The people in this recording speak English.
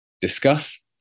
discuss